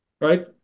right